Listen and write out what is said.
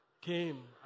came